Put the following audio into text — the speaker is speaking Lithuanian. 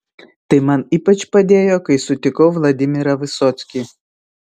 tai man ypač padėjo kai sutikau vladimirą vysockį